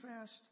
fast